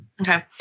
okay